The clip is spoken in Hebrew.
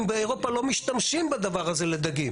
באירופה לא משתמשים בדבר הזה לדגים?